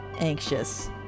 anxious